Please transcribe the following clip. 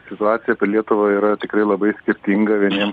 situacija lietuvoje yra tikrai labai skirtinga vieniem